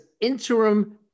interim